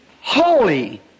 holy